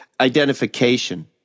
identification